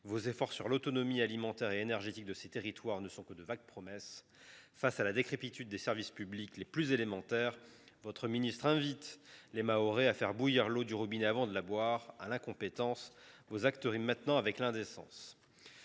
Vos efforts en faveur de l’autonomie alimentaire et énergétique de ces territoires ne sont que de vagues promesses. Face à la décrépitude des services publics les plus élémentaires, votre ministre de tutelle invite les Mahorais à faire bouillir l’eau du robinet avant de la boire. Vous faites maintenant rimer incompétence avec indécence.